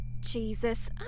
Jesus